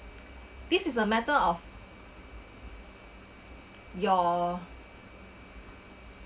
this is a matter of your